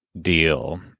deal